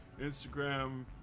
Instagram